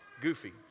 Goofy